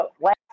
Last